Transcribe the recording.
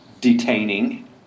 detaining